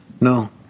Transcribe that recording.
No